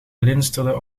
glinsterden